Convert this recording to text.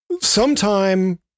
sometime